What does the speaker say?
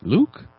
Luke